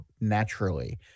naturally